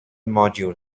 module